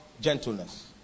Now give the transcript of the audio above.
gentleness